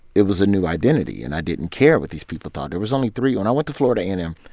it was a new identity. and i didn't care what these people thought. there was only three when i went to florida a and m,